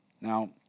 Now